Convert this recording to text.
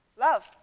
love